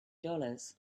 dollars